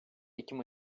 ekim